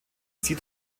sie